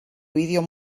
vídeo